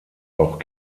auch